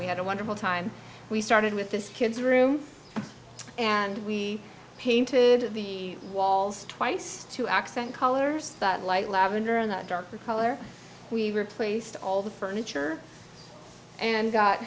we had a wonderful time we started with this kid's room and we painted the walls twice to accent colors that light lavender and the darker color we replaced all the furniture and got